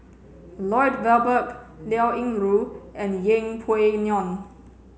Lloyd Valberg Liao Yingru and Yeng Pway Ngon